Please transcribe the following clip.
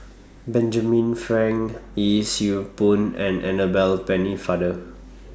Benjamin Frank Yee Siew Pun and Annabel Pennefather